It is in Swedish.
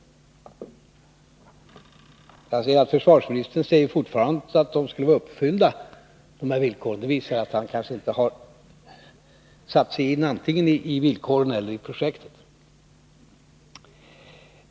Försvarsministern säger ju fortfarande att dessa villkor skulle vara uppfyllda. Det visar att han kanske inte helt har satt sig in i villkoren eller i projektet.